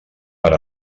per